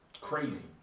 crazy